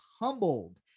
humbled